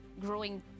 growing